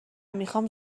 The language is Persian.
میخام